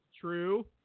true